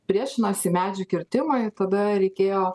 priešinosi medžių kirtimui tada reikėjo